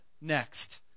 Next